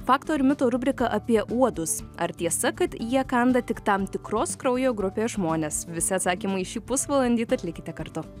faktų ir mitų rubrika apie uodus ar tiesa kad jie kanda tik tam tikros kraujo grupės žmones visi atsakymai šį pusvalandį tad likite kartu